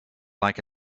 like